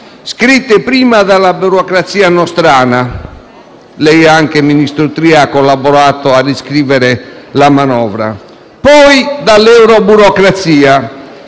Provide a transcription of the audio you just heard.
scritte prima dalla burocrazia nostrana - anche lei, ministro Tria, ha collaborato a riscrivere la manovra - e poi dall'euro burocrazia;